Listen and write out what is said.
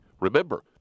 Remember